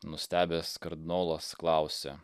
nustebęs kardinolas klausia